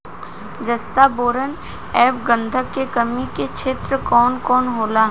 जस्ता बोरान ऐब गंधक के कमी के क्षेत्र कौन कौनहोला?